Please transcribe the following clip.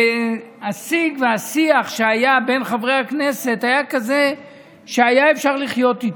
והשיג והשיח שהיה בין חברי הכנסת היה כזה שהיה אפשר לחיות איתו,